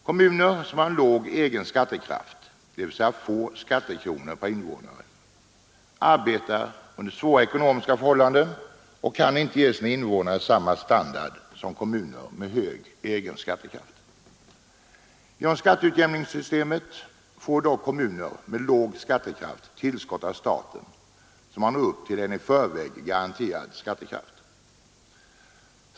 Kommuner som har en låg egen skattekraft, dvs. få skattekronor per invånare, arbetar under svåra ekonomiska förhållanden och kan inte ge sina invånare samma standard som kommuner med hög egen skattekraft. Genom skatteutjämningssystemet får dock kommuner med låg skattekraft tillskott av staten, så att man når upp till en i förväg garanterad skattekraft.